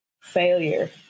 failure